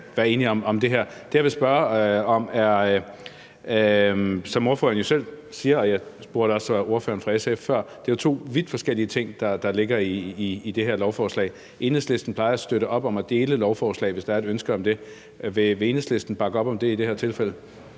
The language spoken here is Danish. handler om, at det jo, som ordføreren selv siger – og jeg spurgte også ordføreren fra SF før – er to vidt forskellige ting, der ligger i det her lovforslag. Enhedslisten plejer at støtte op om at dele lovforslag, hvis der er et ønske om det. Vil Enhedslisten bakke op om det i det her tilfælde?